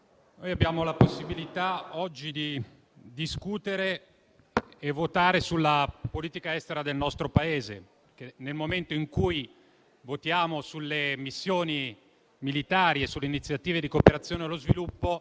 noi abbiamo la possibilità oggi di discutere e votare sulla politica estera del nostro Paese. Nel momento in cui votiamo sulle missioni militari e sulle iniziative di cooperazione allo sviluppo,